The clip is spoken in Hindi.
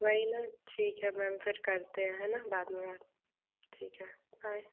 वही ना ठीक है मैम फिर करते हैं ना बाद में बात ठीक है बाय